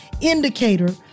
indicator